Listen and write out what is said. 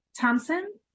Thompson